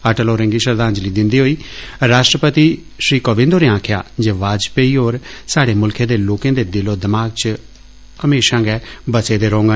अटल होरें गी श्रद्धांजलि दिन्दे होई राश्ट्रपति श्री कोविन्द होरें आक्खेआ जे वाजपेयी होर साढ़े मुल्खे दे लोकें दे दिलो दिमाग च सदा बसे दे रौहंगन